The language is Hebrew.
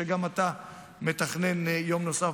שגם אתה מתכנן יום נוסף,